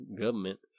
government